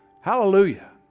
Hallelujah